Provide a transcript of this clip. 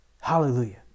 Hallelujah